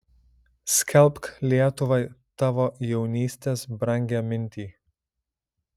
skelbk lietuvai tavo jaunystės brangią mintį